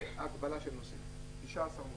והגבלה של נוסעים, 19 נוסעים.